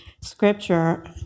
scripture